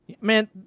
man